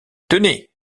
tenez